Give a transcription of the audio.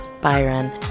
Byron